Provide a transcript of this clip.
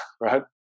right